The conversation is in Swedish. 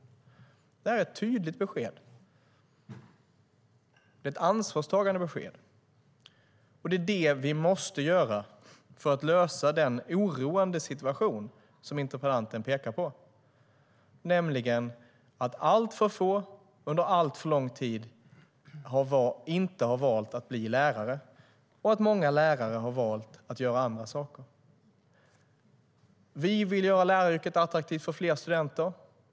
Det här är ett tydligt och ansvarstagande besked. Det är vad vi måste göra för att lösa den oroande situation som interpellanten pekar på, nämligen att under alltför lång tid har alltför få valt att bli lärare och att många lärare har valt att göra andra saker. Vi vill göra läraryrket attraktivt för fler studenter.